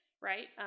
right